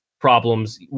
problems